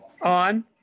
On